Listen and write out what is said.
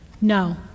No